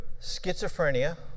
schizophrenia